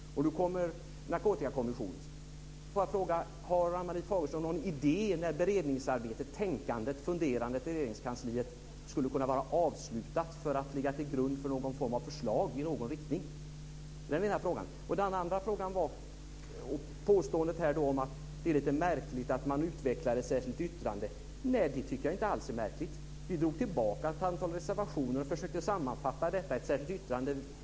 Nu kommer Narkotikakommissionen. Har Ann-Marie Fagerström någon idé om när beredningsarbetet - tänkandet och funderandet i Regeringskansliet - skulle kunna vara avslutat och ligga till grund för någon form av förslag i någon riktning? Det är den ena frågan. Den andra frågan gällde påståendet att det är lite märkligt att man utvecklar sig i ett särskilt yttrande. Det tycker jag inte alls är märkligt. Vi i de fyra partierna drog tillbaka ett antal reservationer och försökte sammanfatta detta i ett särskilt yttrande.